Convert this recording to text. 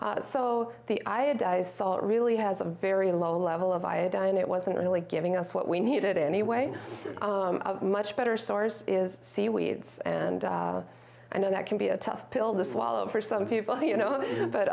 or so the iodised salt really has a very low level of iodine it wasn't really giving us what we needed anyway much better source is seaweeds and i know that can be a tough pill to swallow for some people you know but